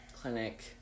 clinic